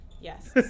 Yes